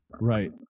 Right